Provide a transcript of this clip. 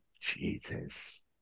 Jesus